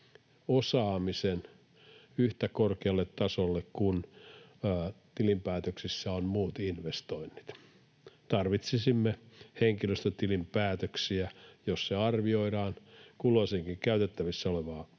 osaamisen yhtä korkealle tasolle kuin tilinpäätöksessä muut investoinnit? Tarvitsisimme henkilöstötilinpäätöksiä, joissa arvioidaan kulloinkin käytettävissä olevaa